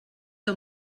que